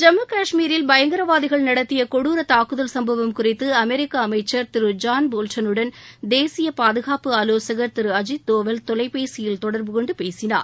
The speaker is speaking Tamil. ஜம்மு காஷ்மீரில் பயங்கரவாதிகள் நடத்திய கொடூர தாக்குதல் சுப்பவம் குறித்து அமெரிக்க அமைச்சர் திரு ஜான் போல்டனுடன் தேசிய பாதுகாப்பு ஆலோசகர் திரு அஜித் தோவல் தொலைபேசியில் தொடர்புகொண்டு பேசினார்